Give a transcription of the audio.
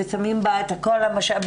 ושמים בה את כל המשאבים,